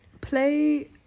play